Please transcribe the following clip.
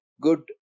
good